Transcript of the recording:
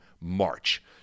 March